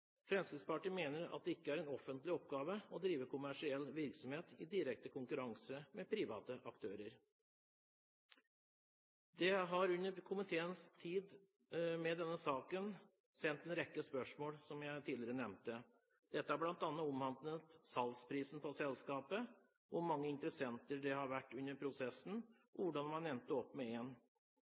Fremskrittspartiet mener at det ikke er en offentlig oppgave å drive kommersiell virksomhet i direkte konkurranse med private aktører. Det har under komiteens tid med denne saken blitt sendt en rekke spørsmål, som jeg tidligere nevnte. Dette har bl.a. omhandlet salgsprisen på selskapet, hvor mange interessenter det har vært under prosessen, og hvordan man endte opp med